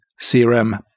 crm